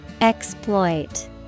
Exploit